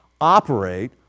operate